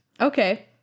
okay